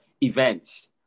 events